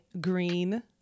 green